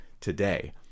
today